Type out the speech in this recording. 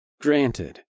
Granted